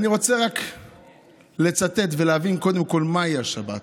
אני רוצה רק לצטט ולהבין קודם כול מהי השבת.